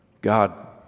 God